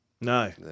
No